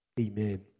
Amen